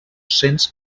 cents